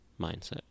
mindset